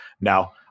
Now